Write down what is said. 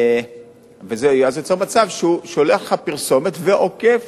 וזה יוצר מצב שהוא שולח לך פרסומת ועוקף,